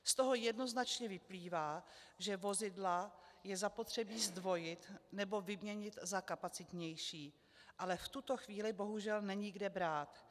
Z toho jednoznačně vyplývá, že vozidla je zapotřebí zdvojit nebo vyměnit za kapacitnější, ale v tuto chvíli bohužel není kde brát.